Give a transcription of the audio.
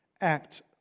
act